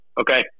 okay